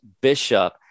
Bishop